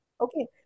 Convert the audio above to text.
Okay